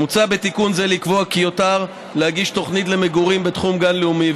מוצע בתיקון זה לקבוע כי יוּתר להגיש תוכנית למגורים בתחום גן לאומי,